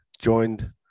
joined